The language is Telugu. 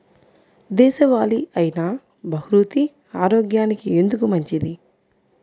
దేశవాలి అయినా బహ్రూతి ఆరోగ్యానికి ఎందుకు మంచిది?